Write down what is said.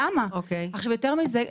יותר זה.